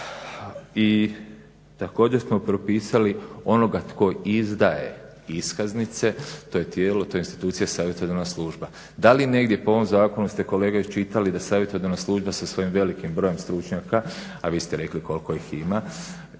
I također smo propisali onoga tko izdaje iskaznice, to je tijelo, to je institucija, savjetodavna služba. Da li negdje po ovom zakonu ste kolega iščitali da savjetodavna služba sa svojim velikim brojem stručnjaka, a vi ste rekli koliko ih ima